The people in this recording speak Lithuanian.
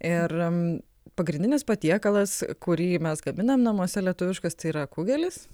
ir pagrindinis patiekalas kurį mes gaminam namuose lietuviškas tai yra kugelis